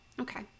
Okay